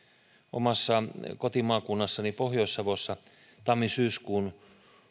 omassa kotimaakunnassani pohjois savossa tammi syyskuun